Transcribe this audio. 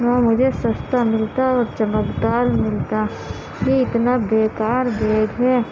وہاں مجھے سستا ملتا اور چمک دار ملتا یہ اتنا بےکار بیگ ہے